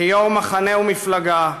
כיושב-ראש מחנה ומפלגה,